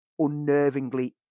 unnervingly